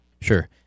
Sure